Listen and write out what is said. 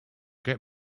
get